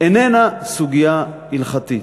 איננה סוגיה הלכתית,